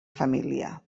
família